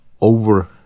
over